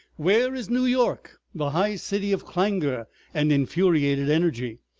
where is new york, the high city of clangor and infuriated energy,